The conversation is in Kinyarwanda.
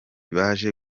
baje